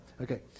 Okay